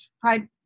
pride